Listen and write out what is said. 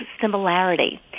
similarity